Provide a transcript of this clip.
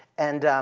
and